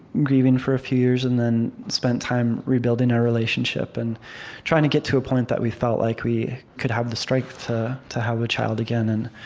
grieving for a few years and then spent time rebuilding our relationship and trying to get to a point that we felt like we could have the strength to to have a child again. and